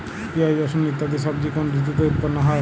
পিঁয়াজ রসুন ইত্যাদি সবজি কোন ঋতুতে উৎপন্ন হয়?